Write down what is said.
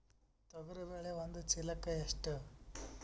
ತೊಗರಿ ಬೇಳೆ ಒಂದು ಚೀಲಕ ಎಷ್ಟು?